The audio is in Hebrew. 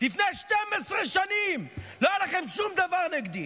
לפני 12 שנים לא היה לכם שום דבר נגדי,